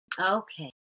Okay